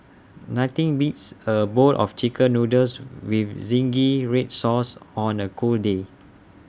nothing beats A bowl of Chicken Noodles with Zingy Red Sauce on A cold day